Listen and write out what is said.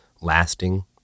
lasting